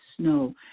snow